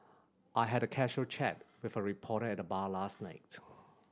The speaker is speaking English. I had a casual chat with a reporter at the bar last night